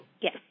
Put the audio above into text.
yes